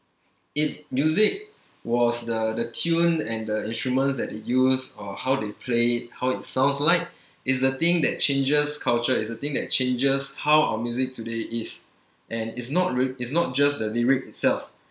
it music was the the tune and the instruments that they use or how they play it how it sounds like is the thing that changes culture is the thing that changes how our music today is and is not ri~ is not just the lyrics itself